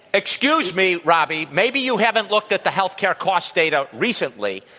excuse me, robbie. maybe you haven't looked at the health care cost data recently.